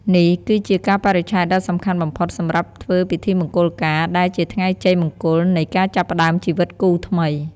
នេះគឺជាកាលបរិច្ឆេទដ៏សំខាន់បំផុតសម្រាប់ធ្វើពិធីមង្គលការ ដែលជាថ្ងៃជ័យមង្គលនៃការចាប់ផ្តើមជីវិតគូថ្មី។